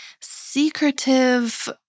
secretive